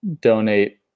donate